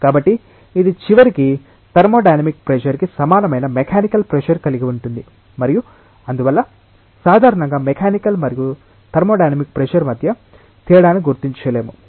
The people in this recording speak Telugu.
కాబట్టి ఇది చివరికి థర్మోడైనమిక్ ప్రెషర్ కి సమానమైన మెకానికల్ ప్రెషర్ కలిగి ఉంటుంది మరియు అందువల్ల సాధారణంగా మెకానికల్ మరియు థర్మోడైనమిక్ ప్రెషర్ మధ్య తేడాను గుర్తించలేము